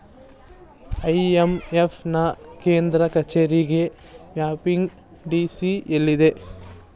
IMF ನಾ ಕೇಂದ್ರ ಕಚೇರಿಗೆ ವಾಷಿಂಗ್ಟನ್ ಡಿ.ಸಿ ಎಲ್ಲಿದೆ